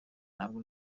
ntabwo